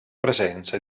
presenza